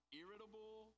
irritable